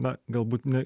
na galbūt ne